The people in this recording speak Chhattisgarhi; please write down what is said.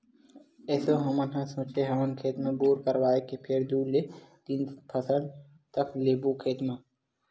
एसो हमन ह सोचे हवन खेत म बोर करवाए के फेर दू ले तीन फसल तक लेबो खेत म